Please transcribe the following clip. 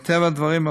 מטבע הדברים,